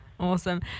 Awesome